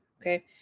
okay